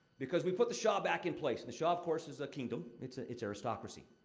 because we put the shah back in place. and the shah, of course, is a kingdom. it's ah it's aristocracy.